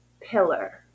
pillar